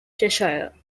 cheshire